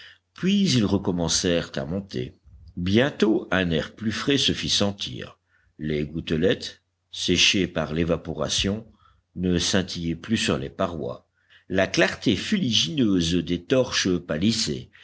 puis ils recommencèrent à monter bientôt un air plus frais se fit sentir les gouttelettes séchées par l'évaporation ne scintillaient plus sur les parois la clarté fuligineuse des torches